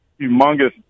humongous